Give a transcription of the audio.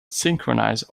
synchronize